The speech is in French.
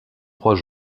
trois